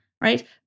right